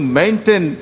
maintain